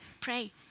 pray